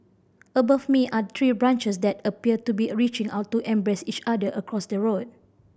above me are tree branches that appear to be a reaching out to embrace each other across the road